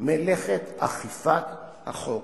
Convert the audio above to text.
את מלאכת אכיפת החוק.